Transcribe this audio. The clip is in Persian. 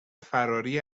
فراری